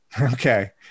Okay